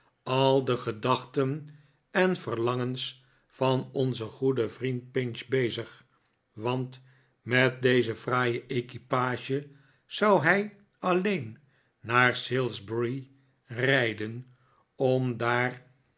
al de gedachten en verlangens van onzen goeden vriend pinch bezig want met deze fraaie equipage zou hij alleen naar salisbury rijden om daar